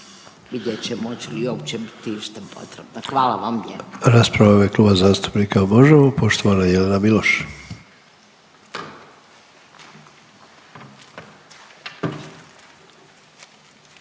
vidjet ćemo hoće li uopće biti išta potrebno. Hvala vam